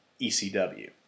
ECW